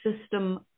system